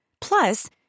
Plus